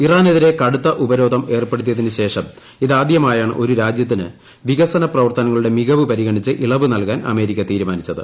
ഇറാനെതിരെ കടുത്ത ഉപരോധം ഏർപ്പെടുത്തിയതിനു ശേഷം ഇതാദ്യമായാണ് ഒരു രാജ്യത്തിന് വികസന പ്രവർത്തനങ്ങളുടെ മികവ് പരിഗണിച്ച് ഇളവ് നല്കാൻ അമേരിക്ക തീരുമാനിച്ചത്